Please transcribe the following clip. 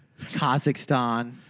Kazakhstan